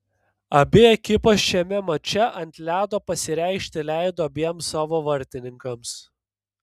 abi ekipos šiame mače ant ledo pasireikšti leido abiem savo vartininkams